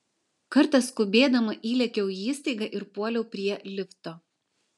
kartą skubėdama įlėkiau į įstaigą ir puoliau prie lifto